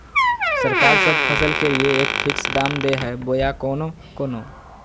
सरकार सब फसल के लिए एक फिक्स दाम दे है बोया कोनो कोनो?